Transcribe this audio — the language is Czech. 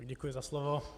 Děkuji za slovo.